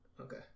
Okay